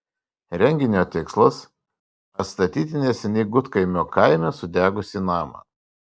renginio tikslas atstatyti neseniai gudkaimio kaime sudegusį namą